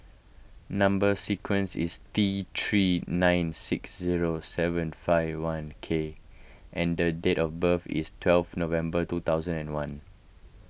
Number Sequence is T three nine six zero seven five one K and the date of birth is twelve November two thousand and one